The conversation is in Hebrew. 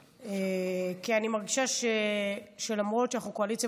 כי אני מרגישה שלמרות שאנחנו קואליציה